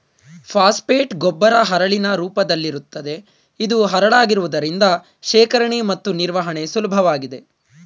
phosphate ಗೊಬ್ಬರ ಹರಳಿನ ರೂಪದಲ್ಲಿರುತ್ತದೆ ಇದು ಹರಳಾಗಿರುವುದರಿಂದ ಶೇಖರಣೆ ಮತ್ತು ನಿರ್ವಹಣೆ ಸುಲಭವಾಗಿದೆ